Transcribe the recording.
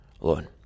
Lord